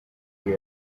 full